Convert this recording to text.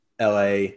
LA